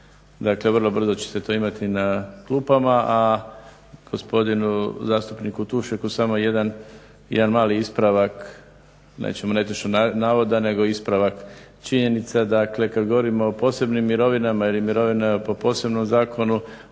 Dakle vrlo brzo ćete to imati na klupama. A gospodinu Zlatku Tušaku samo jedan mali ispravak nećemo reći netočnog navoda nego ispravak činjenica dakle kada govorimo o posebnim mirovinama ili mirovinama po posebnom zakonu